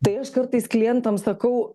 tai aš kartais klientam sakau